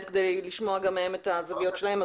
כדי לשמוע גם מהם את הזוויות שלהם,